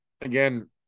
again